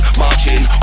marching